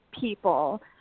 people